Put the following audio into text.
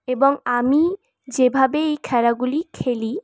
এবং আমি যেভাবে এই খেলাগুলি খেলি